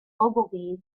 ogilvy